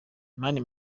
mani